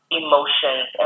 emotions